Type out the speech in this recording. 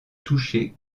touchées